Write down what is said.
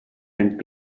and